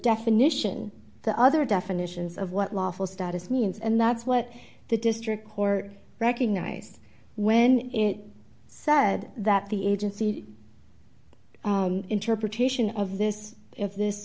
definition the other definitions of what lawful status means and that's what the district court recognized when it said that the agency interpretation of this if this